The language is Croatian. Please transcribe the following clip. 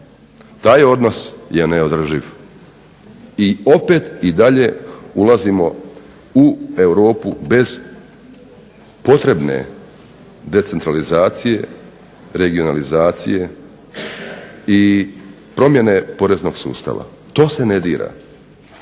Taj odnos je neodrživ i opet i dalje ulazimo u Europu bez potrebne decentralizacije, regionalizacije i promjene poreznog sustava. To se ne dira